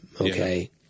okay